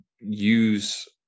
use